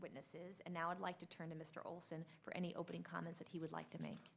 witnesses and now i'd like to turn to mr olson for any opening comments that he would like to me